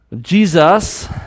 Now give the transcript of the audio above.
Jesus